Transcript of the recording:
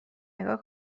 نیگا